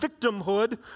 victimhood